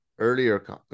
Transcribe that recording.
earlier